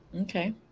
okay